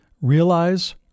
Realize